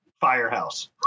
firehouse